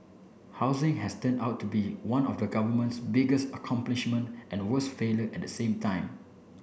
housing has turned out to be one of the government's biggest accomplishment and worst failure at the same time